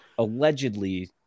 allegedly